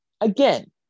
again